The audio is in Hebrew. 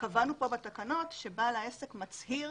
קבענו כאן בתקנות שבעל העסק מצהיר